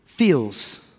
feels